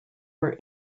were